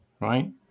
Right